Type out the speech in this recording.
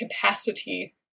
capacity